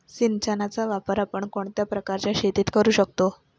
सिंचनाचा वापर आपण कोणत्या प्रकारच्या शेतीत करू शकतो?